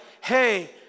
hey